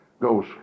goes